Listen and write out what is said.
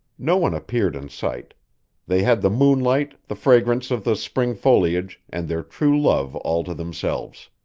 no one appeared in sight they had the moon-light, the fragrance of the spring foliage, and their true love all to themselves.